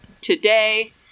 today